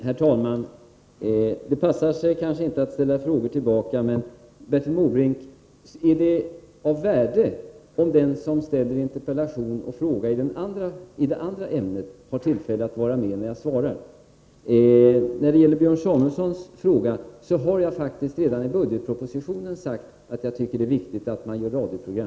Herr talman! Det passar sig kanske inte att ställa frågor tillbaka, men jag vill ändå fråga Bertil Måbrink: Är det av vikt om den som ställt interpellationer och frågor i det andra ämnet har tillfälle att vara med när jag svarar? När det gäller Björn Samuelsons fråga vill jag påpeka att jag faktiskt redan i budgetpropositionen har sagt att jag tycker att det är viktigt att man gör radioprogram.